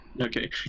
Okay